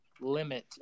limit